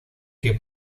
que